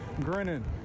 grinning